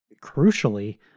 crucially